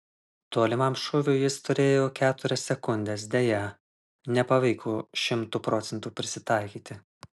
tolimam šūviui jis turėjo keturias sekundes deja nepavyko šimtu procentų prisitaikyti